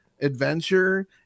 adventure